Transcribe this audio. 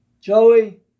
Joey